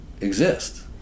exist